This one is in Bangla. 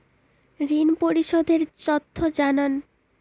ঋন পরিশোধ এর তথ্য জানান